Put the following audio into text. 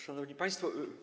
Szanowni Państwo!